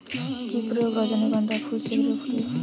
কি প্রয়োগে রজনীগন্ধা ফুল শিঘ্র ফুটবে?